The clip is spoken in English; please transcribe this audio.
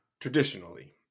Traditionally